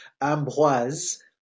Ambroise